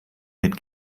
mit